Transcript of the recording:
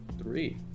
three